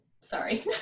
sorry